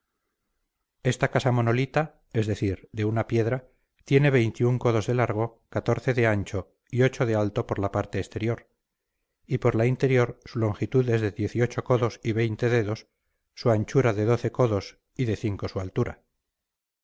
esta casa monolita es decir de una piedra tiene codos de largo de ancho y ocho de alto por la parte exterior y por la interior su longitud es de codos y dedos su anchura de codos y de cinco su altura